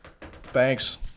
thanks